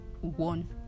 one